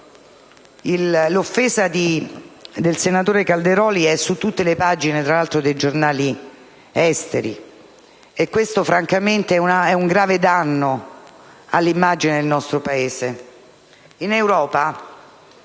l'offesa del senatore Calderoli è su tutte le pagine dei giornali esteri, e questo è un grave danno all'immagine del nostro Paese.